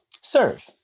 serve